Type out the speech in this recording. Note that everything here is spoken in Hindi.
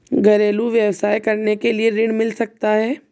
घरेलू व्यवसाय करने के लिए ऋण मिल सकता है?